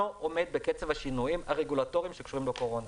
עומד בקצב השינויים הרגולטוריים שקשורים בקורונה.